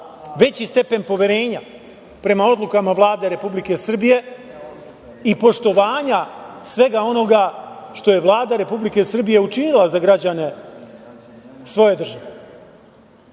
veći stepen poverenja prema odlukama Vlade Republike Srbije i poštovanja svega onoga što je Vlada Republike Srbije učinila za građane svoje države. Naš